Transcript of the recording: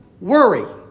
worry